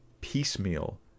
piecemeal